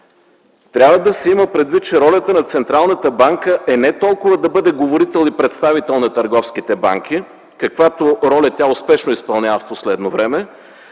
Трябва да се има предвид, че ролята на Централната банка е не толкова да бъде говорител и представител на търговските банки, каквато роля тя успешно изпълнява в последно време,